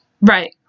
Right